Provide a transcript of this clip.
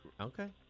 Okay